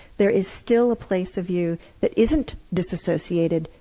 there is still a place of you that isn't disassociated,